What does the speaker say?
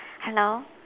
hello